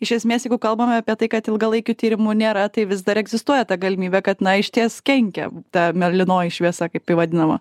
iš esmės jeigu kalbame apie tai kad ilgalaikių tyrimų nėra tai vis dar egzistuoja ta galimybė kad na išties kenkia ta mėlynoji šviesa kaip ji vadinama